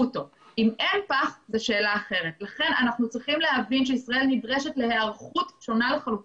לכן כדי שנגיע לשם, אנחנו צריכים לפעול מהר יותר.